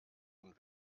und